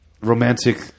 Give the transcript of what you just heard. romantic